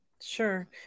Sure